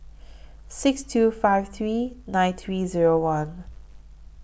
six two five three nine three Zero one